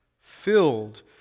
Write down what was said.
filled